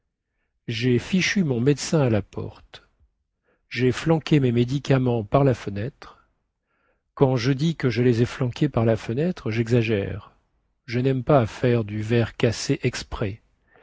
jai fichu mon médecin à la porte jai flanqué mes médicaments par la fenêtre quand je dis que je les ai flanqués par la fenêtre jexagère je naime pas à faire du verre cassé exprès